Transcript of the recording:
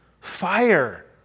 fire